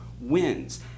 wins